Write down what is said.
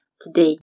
today